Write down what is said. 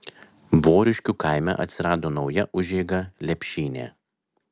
voriškių kaime atsirado nauja užeiga lepšynė